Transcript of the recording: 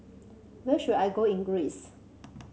where should I go in Greece